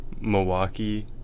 Milwaukee